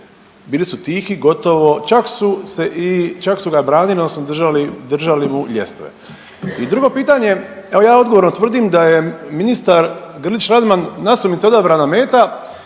Bili su tihi gotovo, čak su se i čak su ga branili odnosno držali mu ljestve. I drugo pitanje, evo ja odgovorno tvrdim da je ministar Grlić Radman nasumice odabrana meta